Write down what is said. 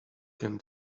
can